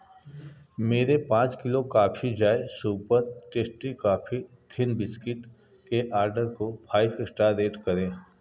मेरे पाँच kilo coffee joy super tasty coffee thin biscuit के आर्डर को फाइप इश्टार रेट करें